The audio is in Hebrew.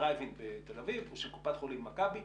בדרייב-אין בתל אביב של קופת חולים מכבי.